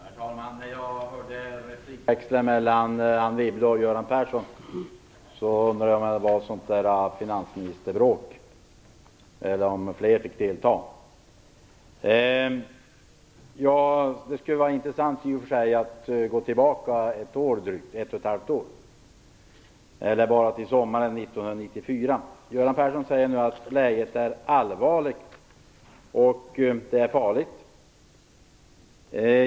Fru talman! När jag hörde replikväxlingen mellan Anne Wibble och Göran Persson undrade jag om det var ett finansministerbråk eller om flera får delta. Det skulle i och för sig vara intressant att gå tillbaka i tiden drygt ett och ett halvt år eller åtminstone till sommaren 1994. Göran Persson säger nu att läget är allvarligt och farligt.